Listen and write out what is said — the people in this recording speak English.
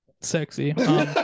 sexy